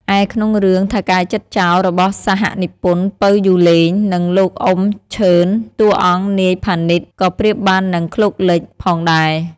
ឯក្នុងរឿង "ថៅកែចិត្តចោរ" របស់សហនិពន្ធ ពៅ យូឡេង និងលោក អ៊ុំ ឈឺន តួអង្គ នាយ ផានីត ក៏ប្រៀបបាននឹង "ឃ្លោកលិច" ផងដែរ។